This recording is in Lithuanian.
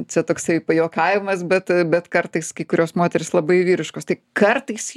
čia toksai pajuokavimas bet bet kartais kai kurios moterys labai vyriškos tai kartais